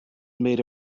made